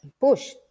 push